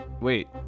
wait